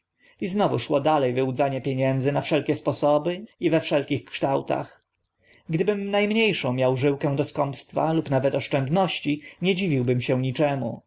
i znów szło dale wyłudzanie pieniędzy na wszelkie sposoby i we wszelkich kształtach gdybym na mnie szą miał żyłkę do skąpstwa lub nawet oszczędności nie dziwiłbym się niczemu